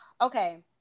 okay